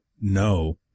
No